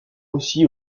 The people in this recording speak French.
aussi